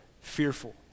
fearful